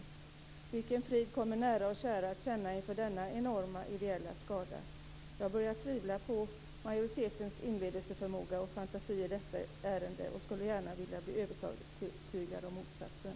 Vilken frid kommer nära och kära att känna inför denna enorma ideella skada? Jag börjar tvivla på majoritetens inlevelseförmåga och fantasi i detta ärende och skulle gärna vilja bli övertygad om motsatsen.